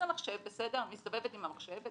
מסתובבת עם המחשב,